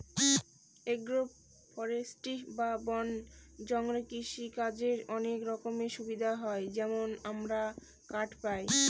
agro forestry বা বন জঙ্গলে কৃষিকাজের অনেক রকমের সুবিধা হয় যেমন আমরা কাঠ পায়